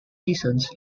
reasons